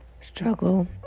struggle